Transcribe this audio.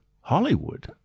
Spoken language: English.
Hollywood